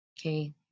Okay